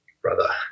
brother